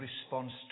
response